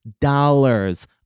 dollars